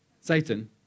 Satan